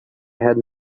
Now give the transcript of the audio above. had